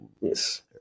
Yes